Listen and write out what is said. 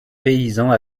paysans